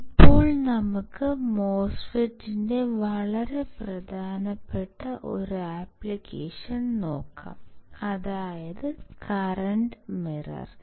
ഇപ്പോൾ നമുക്ക് മോസ്ഫെറ്റിന്റെ വളരെ പ്രധാനപ്പെട്ട ഒരു ആപ്ലിക്കേഷൻ നോക്കാം അതായത് കറൻറ് മിറർ